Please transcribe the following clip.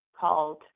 called